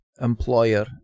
employer